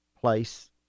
place